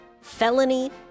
felony